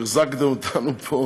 שהחזקתם אותנו פה,